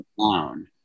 down